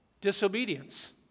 disobedience